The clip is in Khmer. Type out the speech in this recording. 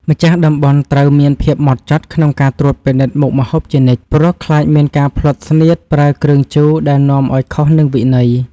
ម្ចាស់ដើមបុណ្យត្រូវមានភាពហ្មត់ចត់ក្នុងការត្រួតពិនិត្យមុខម្ហូបជានិច្ច ព្រោះ ខ្លាចមានការភ្លាត់ស្នៀតប្រើគ្រឿងជូរដែលនាំឱ្យខុសនឹងវិន័យ។